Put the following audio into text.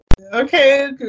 okay